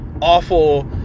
awful